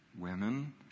women